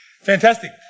Fantastic